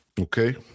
Okay